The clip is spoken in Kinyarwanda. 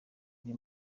iri